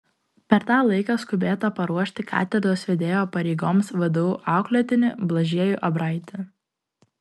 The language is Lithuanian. per tą laiką skubėta paruošti katedros vedėjo pareigoms vdu auklėtinį blažiejų abraitį